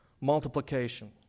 multiplication